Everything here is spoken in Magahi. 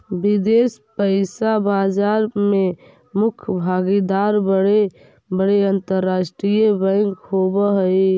विदेश पइसा बाजार में मुख्य भागीदार बड़े बड़े अंतरराष्ट्रीय बैंक होवऽ हई